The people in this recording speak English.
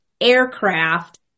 Aircraft